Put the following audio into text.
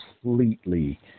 completely